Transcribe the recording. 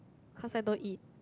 cause I don't eat